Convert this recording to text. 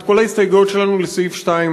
כל ההסתייגויות שלנו לסעיף 2,